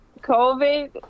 COVID